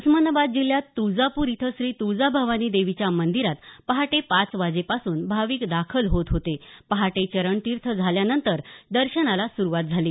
उस्मानाबाद जिल्ह्यात तुळजापूर इथं श्री तुळजाभवानी देवीच्या मंदिरात पहाटे पाच वाजेपासून भाविक दाखल होत होते काल पहाटे चरणतीर्थ झाल्यानंतर दर्शनाला सुरुवात झाली